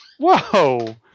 Whoa